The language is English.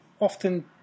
often